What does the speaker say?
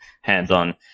hands-on